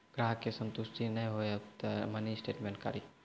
ग्राहक के संतुष्ट ने होयब ते मिनि स्टेटमेन कारी?